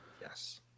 yes